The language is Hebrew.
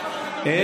שלא,